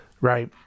Right